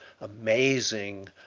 amazing